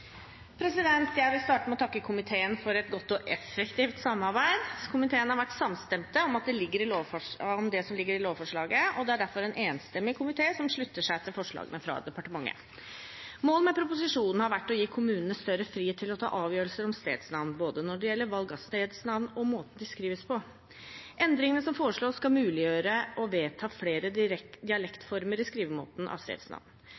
ligger i lovforslaget, og det er derfor en enstemmig komité som slutter seg til forslagene fra departementet. Målet med proposisjonen har vært å gi kommunene større frihet til å ta avgjørelser om stedsnavn både når det gjelder valg av stedsnavn, og måten de skrives på. Endringene som foreslås, skal muliggjøre å vedta flere dialektformer i skrivemåten av